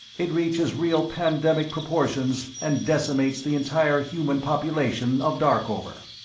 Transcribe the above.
it reaches real pandemic proportions and decimates the entire human population of darkover.